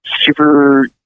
super